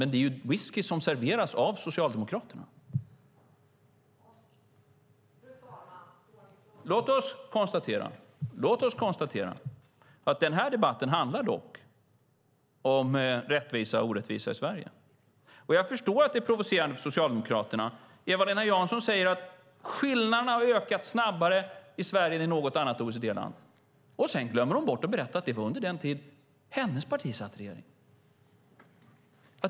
Men det är ju whisky som serveras av Socialdemokraterna. : Fru talman! Ordningsfråga!) Låt oss konstatera att den här debatten handlar om rättvisa och orättvisa i Sverige. Jag förstår att det är provocerande för Socialdemokraterna. Eva-Lena Jansson säger att skillnaderna har ökat snabbare i Sverige än i något annat OECD-land. Men sedan glömmer hon bort att berätta att det var under den tid då hennes parti satt i regeringen.